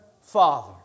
Father